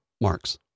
marks